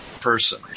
person